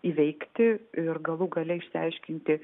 įveikti ir galų gale išsiaiškinti